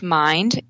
mind